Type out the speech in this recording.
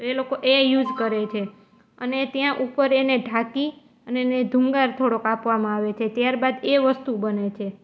એ લોકો એ યુઝ કરે છે અને ત્યાં ઉપર એને ઢાંકી અને એને ધુંગાર થોડોક આપવામાં આવે છે ત્યારબાદ એ વસ્તુ બને છે